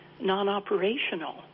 non-operational